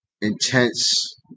intense